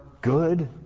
good